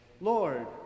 Lord